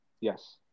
Yes